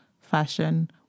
fashion